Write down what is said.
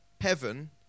heaven